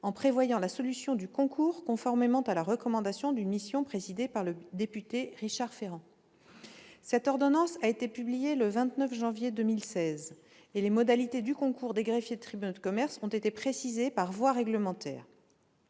en prévoyant l'instauration d'un concours, conformément à la recommandation d'une mission présidée par le député Richard Ferrand. Cette ordonnance a été publiée le 29 janvier 2016, et les modalités du concours des greffiers de tribunaux de commerce ont été précisées par voie réglementaire.